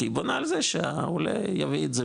כי היא בונה על זה שהעולה יביא את זה,